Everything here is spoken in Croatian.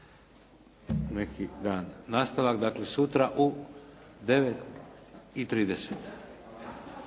neki dan. Nastavak dakle sutra u 9,30